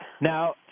Now